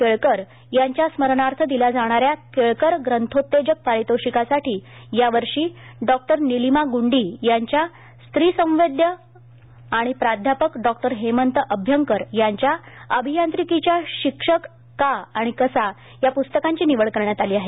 केळकर यांच्या स्मरणार्थ दिल्या जाणाऱ्या केळकर ग्रंथोत्तेजक पारितोषिकासाठी यावर्षी डॉक्टर निलिमा ग्रंडी यांच्या स्त्रीसंवेद्य आणि प्राध्यापक डॉक्टर हेमंत अभ्यंकर यांच्या अभियांत्रिकीच्या शिक्षक का आणि कसा या प्रस्तकांची निवड करण्यात आली आहे